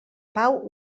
pau